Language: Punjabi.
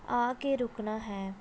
ਆ ਕੇ ਰੁਕਣਾ ਹੈ